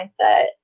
mindset